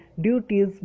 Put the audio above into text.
duties